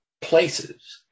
places